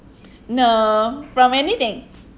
no from anything